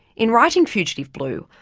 in writing fugitive blue,